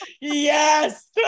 Yes